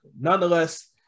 Nonetheless